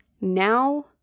Now